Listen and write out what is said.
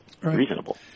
reasonable